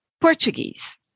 Portuguese